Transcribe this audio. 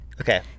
okay